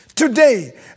Today